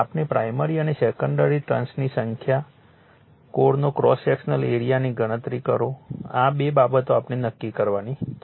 આપણે પ્રાઇમરી અને સેકન્ડરી ટર્ન્સની સંખ્યા કોરનો ક્રોસ સેક્શનલ એરીઆ ની ગણતરી કરો આ બે બાબતો આપણે નક્કી કરવાની છે